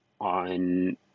on